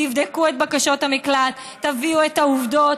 תבדקו את בקשות המקלט, תביאו את העובדות.